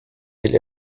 will